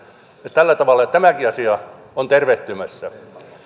tällä tavalla tämäkin asia on tervehtymässä